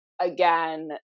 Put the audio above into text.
again